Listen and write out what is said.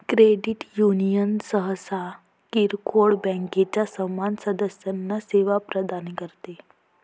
credit union सहसा किरकोळ बँकांच्या समान सदस्यांना सेवा प्रदान करतात